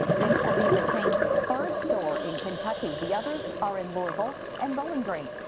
this will be the chain's third store in kentucky. the others are in louisville and bowling green.